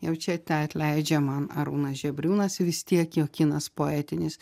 jau čia te atleidžia man arūnas žebriūnas vis tiek juo kinas poetinis